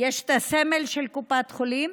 יש את הסמל של קופת חולים,